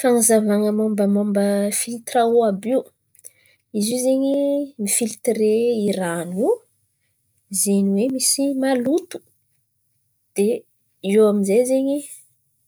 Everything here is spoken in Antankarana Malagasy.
Fan̈azavana mômbamômba filtra eaio àby io. Izy io zen̈y mifiltre ran̈o io zen̈y misy maloto dia, eo amin'zay zen̈y